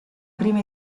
prima